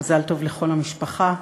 מזל טוב לכל המשפחה.